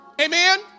Amen